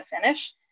finish